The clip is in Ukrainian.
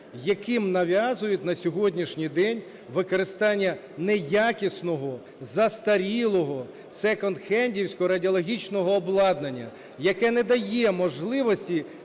яким нав'язують на сьогоднішній день використання неякісного, застарілого секондхендівського радіологічного обладнання, яке не дає можливості